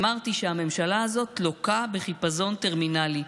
אמרתי שהממשלה הזאת לוקה בחיפזון טרמינלי,